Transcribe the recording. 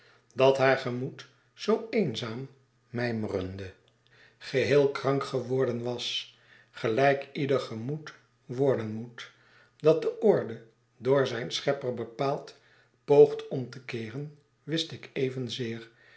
dat haar gemoed zoo eenzaam mijmerende geheel krank geworden was gelijk ieder gemoed worden moet dat de orde door zijn schepper bepaald poogt orn te keeren wist ik evenzeer